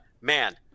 man